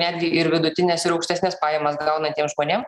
netgi ir vidutines ir aukštesnes pajamas gaunantiem žmonėm